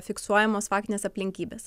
fiksuojamos faktinės aplinkybės